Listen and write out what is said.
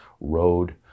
road